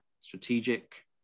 strategic